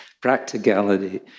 practicality